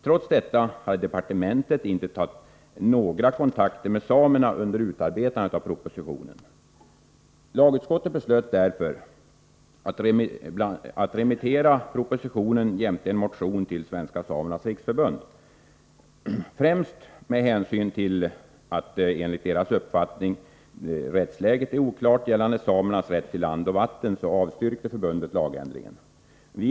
Trots detta har departementet inte tagit några kontakter med samerna under utarbetandet av propositionen. till Svenska samernas riksförbund. Främst med hänsyn till det, enligt förbundets uppfattning, oklara rättsläget när det gäller samernas rätt till land och vatten avstyrkte förbundet förslaget till en lagändring.